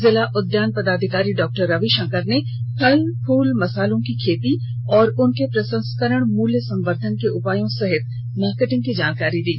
जिला उद्यान पदाधिकारी डॉ रवि शंकर ने फल फूल मसाले की खेती और उसके प्रसंस्करण मूल्य संवर्धन के उपायों सहित मार्केटिंग की जानकारी दी